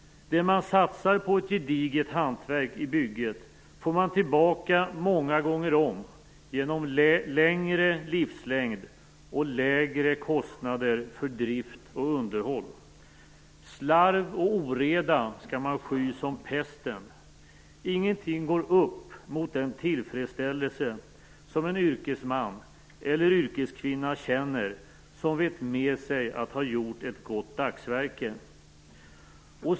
Det man satsar på ett gediget hantverk i bygget får man tillbaka många gånger om genom längre livslängd och lägre kostnader för drift och underhåll. Slarv och oreda skall man sky som pesten. Ingenting går upp mot den tillfredsställelse den yrkesman eller yrkeskvinna känner som vet med sig att han eller hon har gjort ett gott dagsverke.